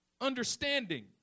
understanding